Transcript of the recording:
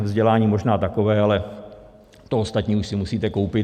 Vzdělání možná takové, ale to ostatní už si musíte koupit.